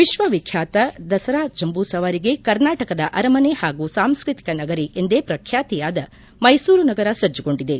ವಿಶ್ವವಿಖ್ಯಾತ ದಸರಾ ಜಂಬೂ ಸವಾರಿಗೆ ಕರ್ನಾಟಕದ ಅರಮನೆ ಹಾಗೂ ಸಾಂಸ್ಕೃತಿಕ ನಗರಿ ಎಂದೇ ಪ್ರಖ್ಯಾತಿಯಾದ ಮ್ಲೆಸೂರು ನಗರ ಸಜ್ಲಗೊಂಡಿದೆ